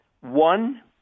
One